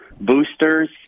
boosters